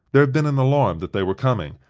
there had been an alarm that they were coming,